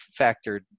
factored